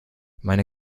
meine